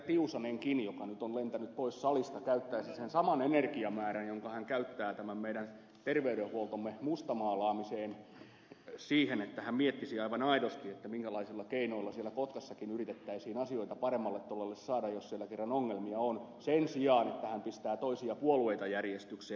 tiusanenkin joka nyt on lentänyt pois salista käyttäisi sen saman energiamäärän jonka hän käyttää tämän meidän terveydenhuoltomme mustamaalaamiseen siihen että hän miettisi aivan aidosti minkälaisilla keinoilla siellä kotkassakin yritettäisiin asioita paremmalle tolalle saada jos siellä kerran ongelmia on sen sijaan että hän pistää toisia puolueita järjestykseen